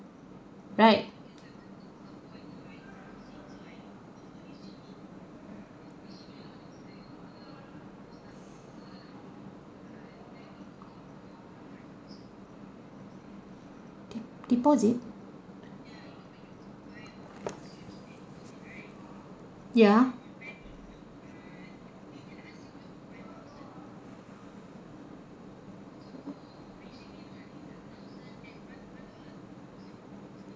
right de~ deposit ya